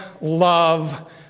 love